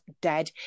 dead